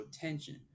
tension